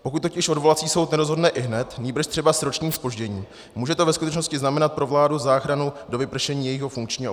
Pokud totiž odvolací soud nerozhodne ihned, nýbrž třeba s ročním zpožděním, může to ve skutečnosti znamenat pro vládu záchranu do vypršení jejího funkčního období.